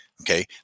Okay